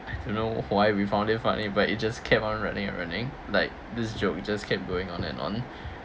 don't know why we found it funny but it just kept on running and running like this joke we just kept going on and on